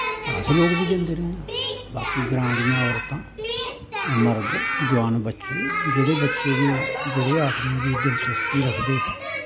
अस लोक बी जंदे रेह् आं बाकी ग्रांऽ दियां औरतां मर्द जोआन बच्चे जेह्ड़े बच्चे बी जेह्ड़े आदमी बी दिलचस्बी रक्खदे हे